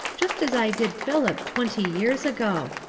just as i did philip twenty years ago,